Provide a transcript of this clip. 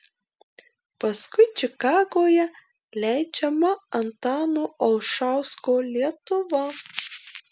paskui čikagoje leidžiama antano olšausko lietuva